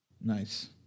Nice